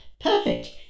Perfect